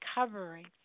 recovery